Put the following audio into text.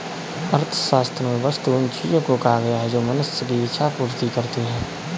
अर्थशास्त्र में वस्तु उन चीजों को कहा गया है जो मनुष्य की इक्षा पूर्ति करती हैं